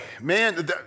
man